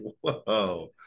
Whoa